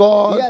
God